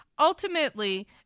ultimately